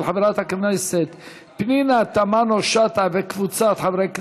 של חברת הכנסת פנינה תמנו-שטה וקבוצת חברי הכנסת.